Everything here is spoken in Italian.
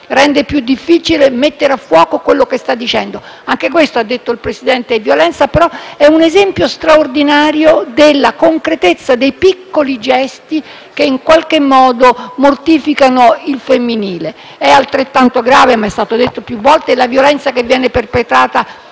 rende più difficile mettere a fuoco ciò che sta dicendo. Anche questa, ha detto il Presidente, è violenza: è un esempio straordinario della concretezza dei piccoli gesti che, in qualche modo, mortificano il femminile. Altrettanto grave, è stato detto più volte, è la violenza che viene perpetrata